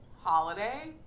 holiday